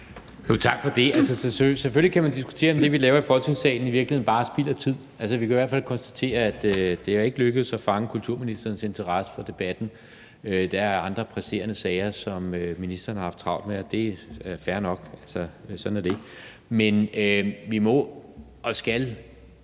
Tak for det. Selvfølgelig kan man diskutere, om det, vi laver i Folketingssalen, i virkeligheden bare er spild af tid. Altså, vi kan i hvert fald konstatere, at det ikke er lykkedes at fange kulturministerens interesse for debatten – der er andre presserende sager, som ministeren har haft travlt med. Og det er fair nok, sådan er det. Men vi må og skal